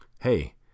Hey